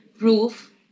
roof